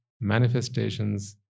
manifestations